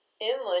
inland